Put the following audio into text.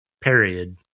period